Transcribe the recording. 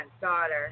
daughter